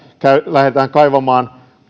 lähdetään kaivamaan